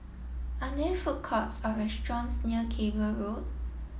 are there food courts or restaurants near Cable Road